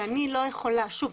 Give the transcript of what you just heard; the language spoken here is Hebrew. שאני לא יכולה שוב,